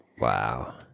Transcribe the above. Wow